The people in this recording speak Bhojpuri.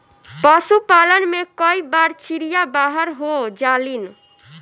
पशुपालन में कई बार चिड़िया बाहर हो जालिन